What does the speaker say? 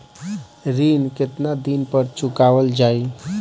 ऋण केतना दिन पर चुकवाल जाइ?